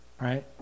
Right